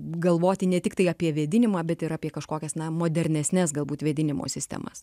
galvoti ne tiktai apie vėdinimą bet ir apie kažkokias na modernesnes galbūt vėdinimo sistemas